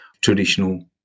traditional